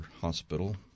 hospital